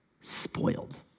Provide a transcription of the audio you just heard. spoiled